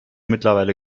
mittlerweile